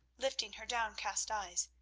lifting her downcast eyes.